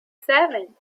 seven